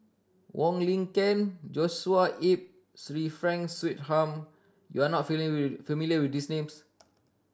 Wong Lin Ken Joshua Ip Sir Frank Swettenham you are not with familiar with these names